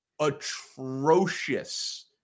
atrocious